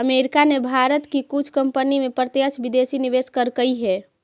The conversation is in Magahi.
अमेरिका ने भारत की कुछ कंपनी में प्रत्यक्ष विदेशी निवेश करकई हे